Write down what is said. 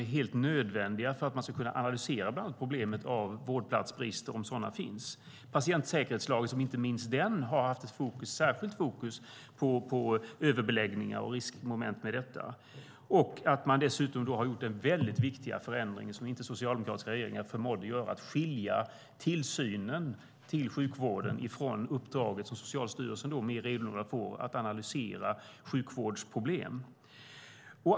De är helt nödvändiga för att man ska kunna analysera bland annat problemet med vårdplatsbrister, om sådana finns. Inte minst patientsäkerhetslagen har haft ett särskilt fokus på överbeläggningar och riskmoment med detta. Man har dessutom gjort väldigt viktiga förändringar, som inte den socialdemokratiska regeringen förmådde att göra, genom att skilja tillsynen av sjukvården från uppdraget som Socialstyrelsen mer renodlat får att analysera sjukvårdsproblem.